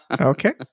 Okay